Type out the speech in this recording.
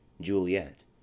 Juliet